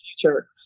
future